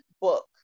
book